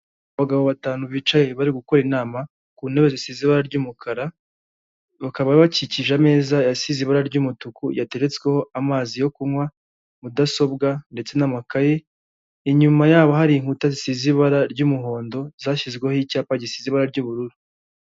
Abagabo batanu bicaye bari gukorera inama, ku ntebe zisize ibara ry'umukara, bakaba bakikije ameza yasizwe ibara ry'umutuku, yateretsweho amazi yo kunywa, mudasobwa, ndetse n'amakaye, inyuma yabo hari inkuta zisize ibara ry'umuhondo, zashyizweho icyapa gisize ibara ry'ubururu.